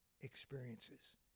experiences